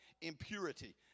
impurity